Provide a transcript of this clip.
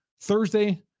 Thursday